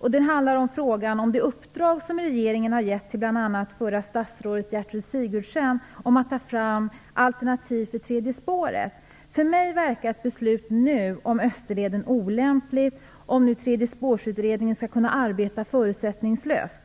Den andra frågan handlar om det uppdrag regeringen gett till bl.a. förra statsrådet Gertrud Sigurdsen om att ta fram alternativ för tredje spåret. För mig verkar ett beslut nu om Österleden olämpligt, om tredje-spår-utredningen skall kunna arbeta förutsättningslöst.